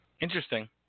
Interesting